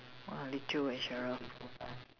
ah Li Choo and Cheryl